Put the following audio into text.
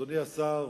אדוני השר,